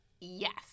Yes